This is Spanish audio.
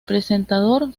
presentador